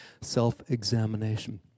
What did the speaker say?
self-examination